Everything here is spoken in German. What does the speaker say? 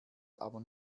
aber